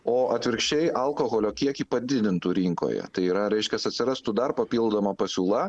o atvirkščiai alkoholio kiekį padidintų rinkoje tai yra reiškias atsirastų dar papildoma pasiūla